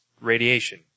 radiation